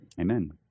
Amen